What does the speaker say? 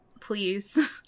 Please